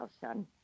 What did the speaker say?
son